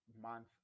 month